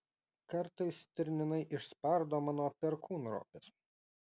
kartais stirninai išspardo mano perkūnropes